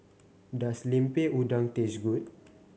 does Lemper Udang taste good